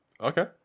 Okay